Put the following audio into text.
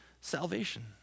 salvation